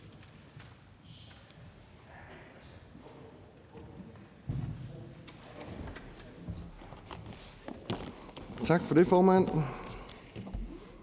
Tak for det, formand.